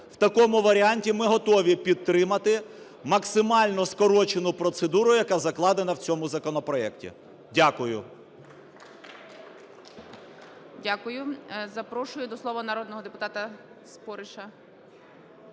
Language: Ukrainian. в такому варіанті ми готові підтримати максимально скорочену процедуру, яка закладена в цьому законопроекті. Дякую.